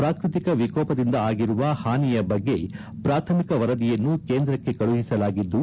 ಪ್ರಾಕೃತಿಕ ವಿಕೋಪದಿಂದ ಆಗಿರುವ ಹಾನಿಯ ಬಗ್ಗೆ ಪ್ರಾಥಮಿಕ ವರದಿಯನ್ನು ಕೇಂದ್ರಕ್ಕೆ ಕಳುಹಿಸಲಾಗಿದ್ದು